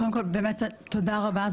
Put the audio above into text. קודם כל באמת תודה רבה.